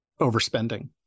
overspending